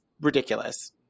ridiculous